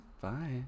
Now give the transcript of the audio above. Bye